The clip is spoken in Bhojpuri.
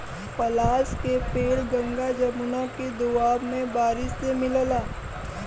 पलाश के पेड़ गंगा जमुना के दोआब में बारिशों से मिलला